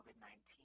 COVID-19